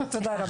תודה רבה.